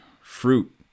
fruit